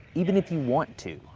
even if you want to.